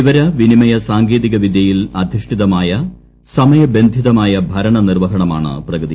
വിവര വിനിമയ സാങ്കേതിക വിദ്യയിൽ അധിഷ്ഠിതമായി സമയബന്ധിതമായ ഭരണനിർവ്വഹണമാണ് പ്രഗതി